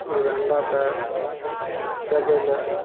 ओहि अण्डाके सेबै ले